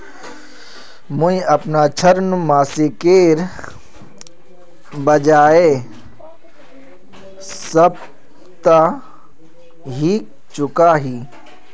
मुईअपना ऋण मासिकेर बजाय साप्ताहिक चुका ही